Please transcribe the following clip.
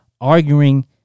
arguing